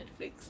Netflix